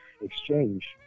exchange